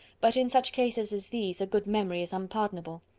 but in such cases as these, a good memory is unpardonable.